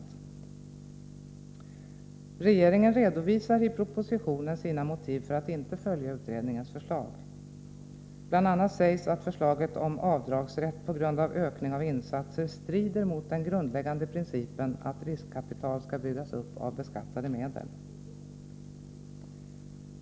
I propositionen redovisar regeringen sina motiv till att inte följa utredningens förslag. Bl. a. sägs att förslaget om avdragsrätt på grund av ökning av insatser strider mot den grundläggande principen att riskkapital skall byggas upp av beskattade medel.